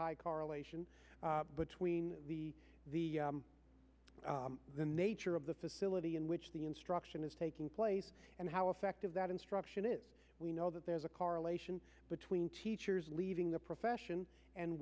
high correlation between the the the nature of the facility in which the instruction is taking place and how effective that instruction is we know that there's a correlation between teachers leaving the profession and